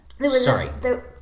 Sorry